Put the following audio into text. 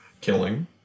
killing